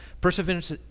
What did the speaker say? Perseverance